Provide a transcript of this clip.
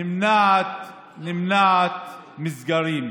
נמנעת מסגרים.